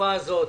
בתקופה הזאת,